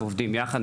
ועובדים יחד.